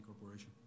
Corporation